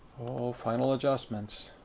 oh, final adjustments.